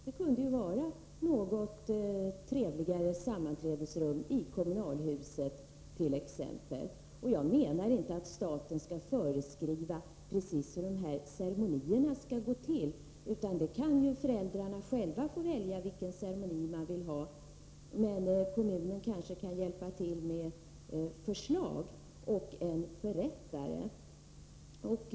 Det kunde ju t.ex. vara något trevligare sammanträdesrum i kommunalhuset. Jag menar inte att staten skall föreskriva precis hur cermonierna skall se ut. Föräldrarna kunde själva få välja vilken cermoni de vill ha. Men kommunen kanske kunde hjälpa till med förslag och med en förättare.